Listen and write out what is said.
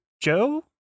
Joe